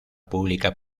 pública